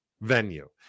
venue